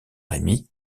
remi